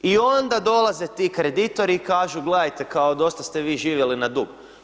I onda dolaze ti kreditori i kažu gledajte kao dosta ste vi živjeli na dug.